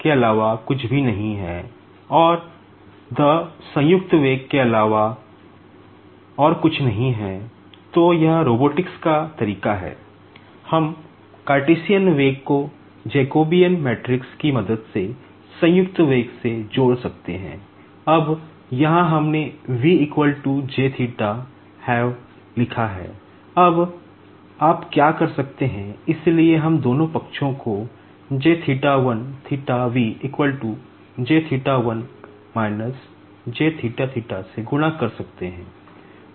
अब V cartesian वेग V ok ठीक है